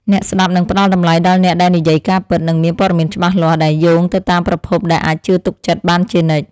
អ្នកស្ដាប់នឹងផ្តល់តម្លៃដល់អ្នកដែលនិយាយការពិត និងមានព័ត៌មានច្បាស់លាស់ដែលយោងទៅតាមប្រភពដែលអាចជឿទុកចិត្តបានជានិច្ច។